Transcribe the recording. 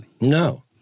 No